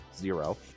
zero